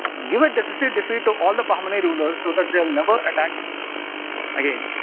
give a decisive defeat to all the bahmani rulers so that they will never attack again.